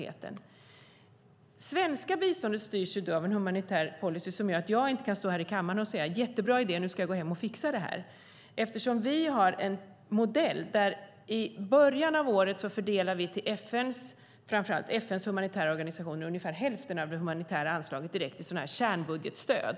Det svenska biståndet styrs av en humanitär policy som gör att jag inte kan stå här i kammaren och säga: Jättebra idé - nu ska jag gå hem och fixa detta! Vi har en modell. I början av året fördelar vi till framför allt FN:s humanitära organisationer ungefär hälften av det humanitära anslaget direkt till kärnbudgetstöd.